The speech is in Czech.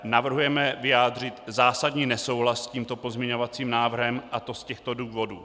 Navrhujeme vyjádřit zásadní nesouhlas s tímto pozměňovacím návrhem, a to z těchto důvodů.